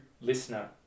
listener